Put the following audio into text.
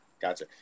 Gotcha